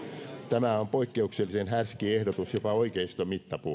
tämä on poikkeuksellisen härski ehdotus jopa oikeiston mittapuulla